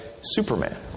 Superman